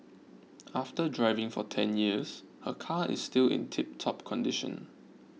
after driving for ten years her car is still in tiptop condition